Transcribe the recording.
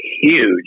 huge